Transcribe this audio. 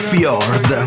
Fjord